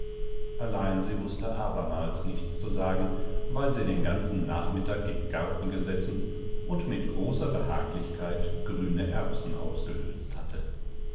allein sie wußte abermals nichts zu sagen weil sie den ganzen nachmittag im garten gesessen und mit großer behaglichkeit grüne erbsen ausgehülst hatte